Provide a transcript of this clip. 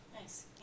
Nice